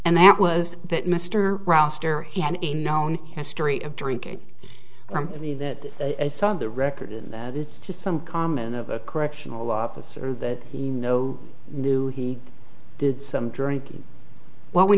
and that was that mr roster he had a known history of drinking from me that i thought the record in that it's just some common of a correctional officer that he no knew he did some drinking well when